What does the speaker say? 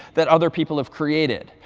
that other people have created.